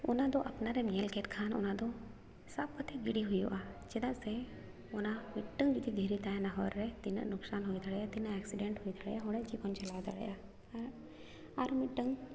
ᱚᱱᱟᱫᱚ ᱟᱯᱱᱟᱨᱮᱢ ᱧᱮᱞ ᱠᱮᱫ ᱠᱷᱟᱱ ᱚᱱᱟ ᱫᱚ ᱥᱟᱵ ᱠᱟᱛᱮᱫ ᱜᱤᱰᱤ ᱦᱩᱭᱩᱜᱼᱟ ᱪᱮᱫᱟᱜ ᱥᱮ ᱚᱱᱟ ᱢᱤᱫᱴᱟᱝ ᱡᱩᱫᱤ ᱫᱷᱤᱨᱤ ᱛᱟᱦᱮᱱᱟ ᱦᱚᱨ ᱨᱮ ᱛᱤᱱᱟᱹᱜ ᱞᱚᱠᱥᱟᱱ ᱦᱩᱭ ᱫᱟᱲᱮᱭᱟᱜᱼᱟ ᱛᱤᱱᱟᱹᱜ ᱮᱠᱥᱤᱰᱮᱱᱴ ᱦᱩᱭ ᱫᱟᱲᱮᱭᱟᱜᱼᱟ ᱦᱲᱟᱜ ᱡᱤᱵᱚᱱ ᱪᱟᱞᱟᱣ ᱫᱟᱲᱮᱭᱟᱜᱼᱟ ᱟᱨ ᱢᱤᱫᱴᱟᱝ